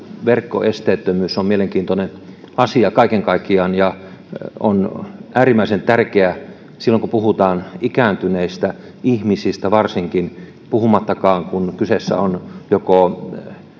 verkkoesteettömyys on mielenkiintoinen asia kaiken kaikkiaan ja on äärimmäisen tärkeä varsinkin silloin kun puhutaan ikääntyneistä ihmisistä puhumattakaan kun kyseessä on joko